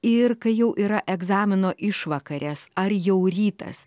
ir kai jau yra egzamino išvakarės ar jau rytas